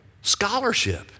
Scholarship